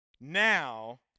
Now